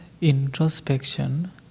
introspection